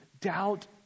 doubt